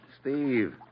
Steve